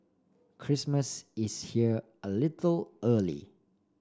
Christmas is here a little early